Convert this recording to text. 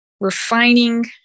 Refining